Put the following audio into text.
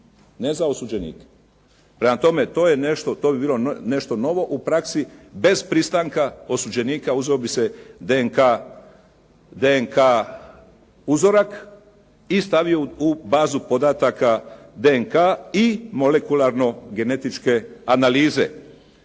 Ne za osuđenike. Prema tome, to bi bilo nešto novo u praksi. Bez pristanka osuđenika uzeo bi se DNK uzorak i stavio u bazu podataka DNK i molekularno genetičke analize.